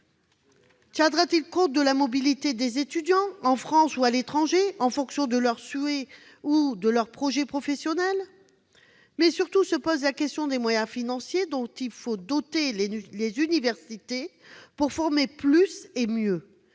Tiendra-t-il compte de la mobilité des étudiants, en France ou à l'étranger, en fonction de leurs souhaits ou de leurs projets professionnels ? Se pose surtout la question des moyens financiers dont il faut doter les universités pour former plus et mieux.